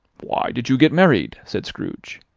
why did you get married? said scrooge.